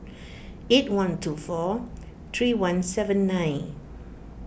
eight one two four three one seven nine